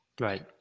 Right